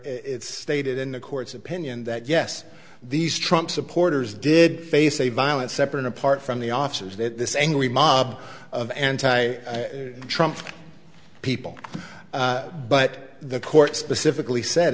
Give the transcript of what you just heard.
it's stated in the court's opinion that yes these trump supporters did face a violent separate apart from the officers that this angry mob of anti trumped people but the court specifically said